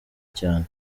cyane